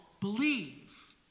believe